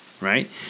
right